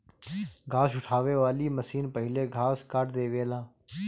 घास उठावे वाली मशीन पहिले घास काट देवेला